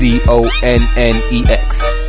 C-O-N-N-E-X